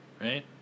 Right